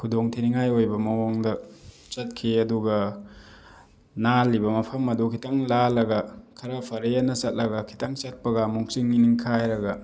ꯈꯨꯗꯣꯡ ꯊꯤꯅꯤꯡꯉꯥꯏ ꯑꯣꯏꯕ ꯃꯑꯣꯡꯗ ꯆꯠꯈꯤ ꯑꯗꯨꯒ ꯅꯥꯜꯂꯤꯕ ꯃꯐꯝ ꯑꯗꯨ ꯈꯤꯇꯪ ꯂꯥꯜꯂꯒ ꯈꯔ ꯐꯔꯦꯅ ꯆꯠꯂꯒ ꯈꯤꯇꯪ ꯆꯠꯄꯒ ꯑꯃꯨꯛ ꯆꯤꯡꯁꯤ ꯅꯤꯡꯈꯥꯏꯔꯒ